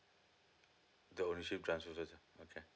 the ownership transfer first ah okay